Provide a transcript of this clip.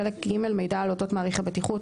חלק ג': מידע על אודות מעריך הבטיחות.